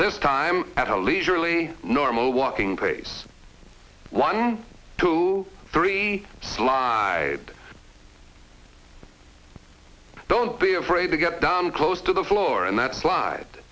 this time at a leisurely normal way king pace one two three slide don't be afraid to get down close to the floor and that slide